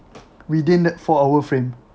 within that four hour frame